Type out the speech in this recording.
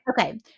Okay